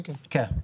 כן.